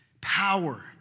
Power